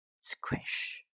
squish